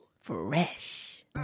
Fresh